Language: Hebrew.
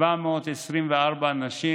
724 נשים